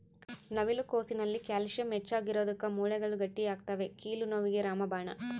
ನವಿಲು ಕೋಸಿನಲ್ಲಿ ಕ್ಯಾಲ್ಸಿಯಂ ಹೆಚ್ಚಿಗಿರೋದುಕ್ಕ ಮೂಳೆಗಳು ಗಟ್ಟಿಯಾಗ್ತವೆ ಕೀಲು ನೋವಿಗೆ ರಾಮಬಾಣ